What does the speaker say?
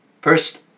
First